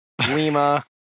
Lima